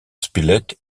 spilett